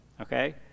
Okay